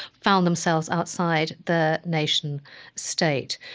found themselves outside the nation state.